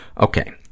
Okay